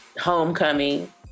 homecoming